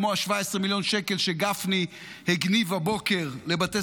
כמו ה-17 מיליון שקל שגפני הגניב הבוקר לבתי